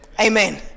amen